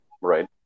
right